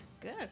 Good